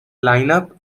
lineup